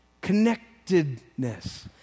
connectedness